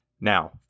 Now